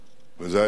וזה היה גנדי,